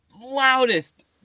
loudest